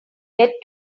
get